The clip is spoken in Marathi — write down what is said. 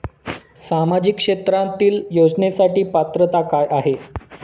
सामाजिक क्षेत्रांतील योजनेसाठी पात्रता काय आहे?